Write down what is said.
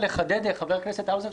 לחדד, חבר הכנסת האוזר,